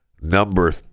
number